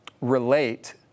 relate